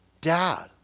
Dad